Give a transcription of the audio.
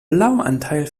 blauanteil